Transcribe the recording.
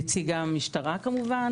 נציג המשטרה כמובן,